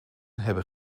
hebben